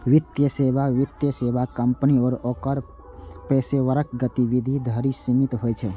वित्तीय सेवा वित्तीय सेवा कंपनी आ ओकर पेशेवरक गतिविधि धरि सीमित होइ छै